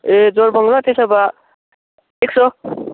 ए जोरबङ्ला त्यसो भए एक सौ